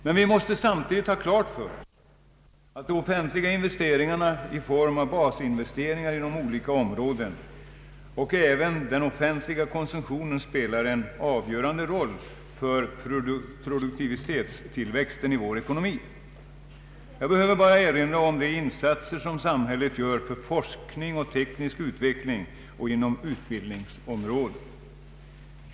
Men vi måste samtidigt ha klart för oss att de offentliga investeringarna i form av basinvesteringar inom olika områden och även den offentliga konsumtionen spelar en avgörande roll för produktivitetstillväxten i vår ekonomi. Jag behöver bara erinra om de insatser som samhället gör för forskning och teknisk utveckling och inom utbildningsområdet.